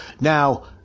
Now